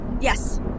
Yes